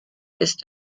ist